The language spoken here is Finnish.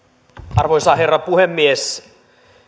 arvoisa herra puhemies